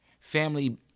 Family